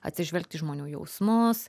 atsižvelgti į žmonių jausmus